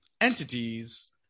entities